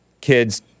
Kids